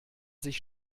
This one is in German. sich